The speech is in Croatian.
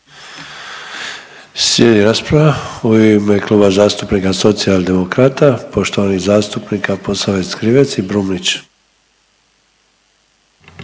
Slijedi rasprava u ime Kluba zastupnika Socijaldemokrata poštovanih zastupnika Posavec Krivec i Brumnić.